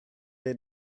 did